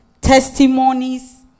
testimonies